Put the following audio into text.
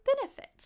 benefits